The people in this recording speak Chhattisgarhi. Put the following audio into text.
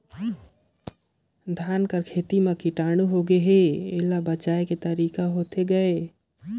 धान कर खेती म कीटाणु होगे हे एला बचाय के तरीका होथे गए?